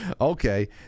Okay